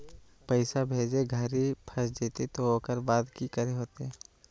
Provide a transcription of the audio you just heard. पैसा भेजे घरी फस जयते तो ओकर बाद की करे होते?